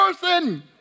person